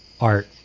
art